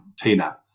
Tina